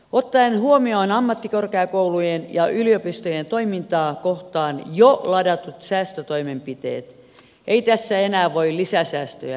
ottaen huomioon ammattikorkeakoulujen ja yliopistojen toimintaa kohtaan jo ladatut säästötoimenpiteet ei tässä enää voi lisäsäästöjä hyväksyä